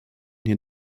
hier